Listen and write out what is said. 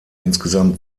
insgesamt